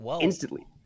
instantly